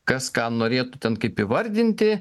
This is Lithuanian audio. kas ką norėtų ten kaip įvardinti